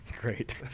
Great